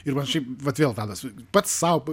ir vat šiaip vat vėl tadas pats sau